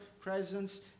presence